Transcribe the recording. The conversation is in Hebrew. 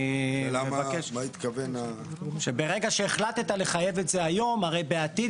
ברגע שהחלטת לחייב את זה היום הרי בעתיד,